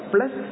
Plus